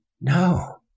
No